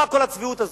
מה כל הצביעות הזאת?